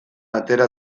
atera